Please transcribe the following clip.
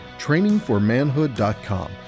trainingformanhood.com